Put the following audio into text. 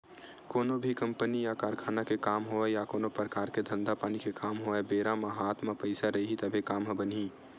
कोनो भी कंपनी या कारखाना के काम होवय या कोनो परकार के धंधा पानी के काम होवय बेरा म हात म पइसा रइही तभे काम ह बनही